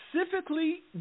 specifically